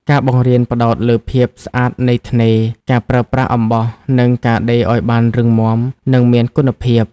ការបង្រៀនផ្តោតលើភាពស្អាតនៃថ្នេរ ការប្រើប្រាស់អំបោះ និងការដេរឱ្យបានរឹងមាំ និងមានគុណភាព។